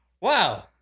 Wow